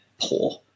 poor